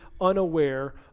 unaware